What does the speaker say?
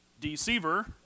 deceiver